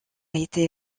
été